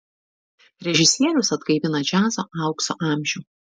režisierius atgaivina džiazo aukso amžių